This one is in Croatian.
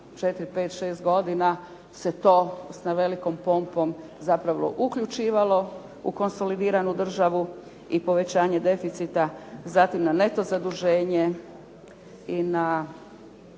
pet, šest godina se to sa velikom pompom zapravo uključivalo u konsolidiranu državu i povećanje deficita, zatim na neto zaduženje i na